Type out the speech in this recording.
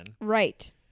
Right